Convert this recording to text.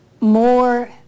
more